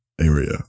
area